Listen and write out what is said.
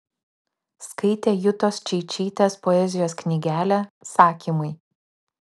skaitė jutos čeičytės poezijos knygelę sakymai